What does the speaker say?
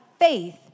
faith